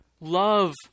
Love